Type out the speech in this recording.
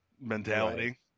mentality